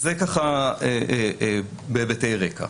זה בהיבטי רקע.